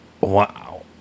Wow